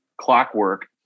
Clockwork